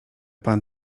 pan